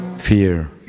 fear